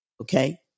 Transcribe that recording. Okay